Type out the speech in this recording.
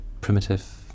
primitive